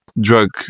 drug